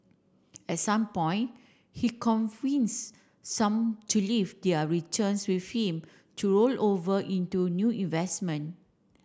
at some point he convince some to leave their returns with him to roll over into new investment